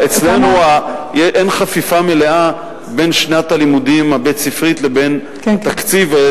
אצלנו אין חפיפה מלאה בין שנת הלימודים הבית-ספרית לבין התקציב.